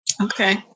Okay